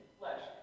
flesh